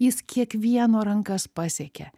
jis kiekvieno rankas pasiekia